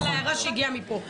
זה להערה שהגיעה מפה.